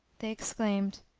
they exclaimed,